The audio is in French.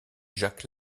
jacques